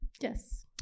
Yes